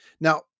Now